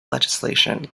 legislation